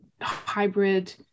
hybrid